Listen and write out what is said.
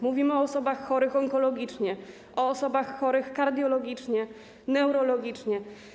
Mówimy o osobach chorych onkologicznie, o osobach chorych kardiologicznie, neurologicznie.